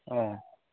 অঁ